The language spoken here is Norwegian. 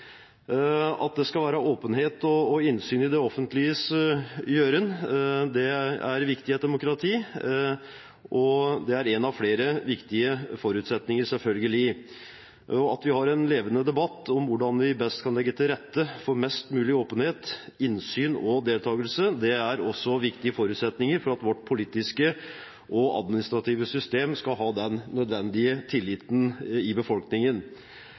At det skal være åpenhet og innsyn i det offentliges gjøren, er viktig i et demokrati. Det er en av flere viktige forutsetninger, selvfølgelig. At vi har en levende debatt om hvordan vi best kan legge til rette for mest mulig åpenhet, innsyn og deltakelse, er også en viktig forutsetning for at vårt politiske og administrative system skal ha den nødvendige tilliten i befolkningen.